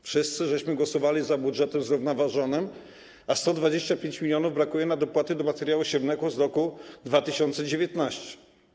Wszyscy głosowaliśmy za budżetem zrównoważonym, a 125 mln brakuje na dopłaty do materiału siewnego z roku 2019.